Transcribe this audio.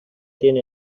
tiene